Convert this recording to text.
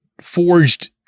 forged